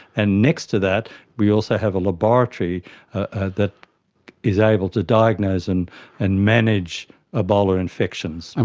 and next to that we also have a laboratory that is able to diagnose and and manage ebola infections. and